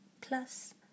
Plus